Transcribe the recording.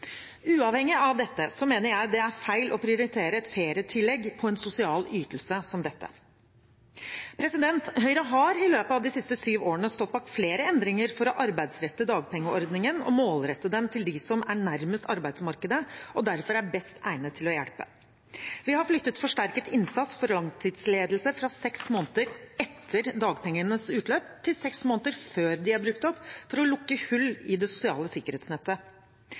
Uavhengig av dette mener jeg det er feil å prioritere et ferietillegg til en sosial ytelse som dette. Høyre har i løpet av de siste syv årene stått bak flere endringer for å arbeidsrette dagpengeordningen og målrette den til dem som er nærmest arbeidsmarkedet og derfor best egnet til å få hjelp. Vi har flyttet forsterket innsats for langtidsledige fra seks måneder etter dagpengenes utløp til seks måneder før de er brukt opp, for å lukke hull i det sosiale sikkerhetsnettet.